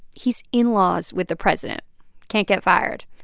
he's in-laws with the president can't get fired.